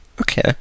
Okay